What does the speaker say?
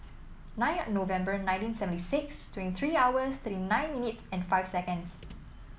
nine November nineteen seventy six twenty three hours thirty nine minutes and five seconds